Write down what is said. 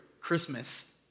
Christmas